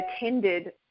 attended